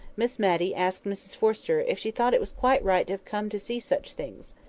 miss matty asked mrs forrester if she thought it was quite right to have come to see such things?